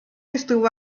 estuvo